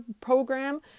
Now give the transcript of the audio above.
program